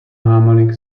harmonic